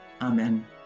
Amen